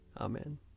Amen